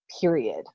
period